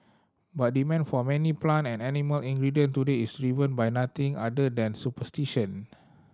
but demand for many plant and animal ingredient today is driven by nothing other than superstition